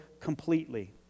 completely